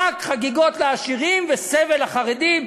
רק חגיגות לעשירים וסבל לחרדים.